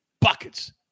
buckets